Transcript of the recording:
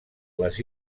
les